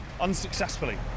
unsuccessfully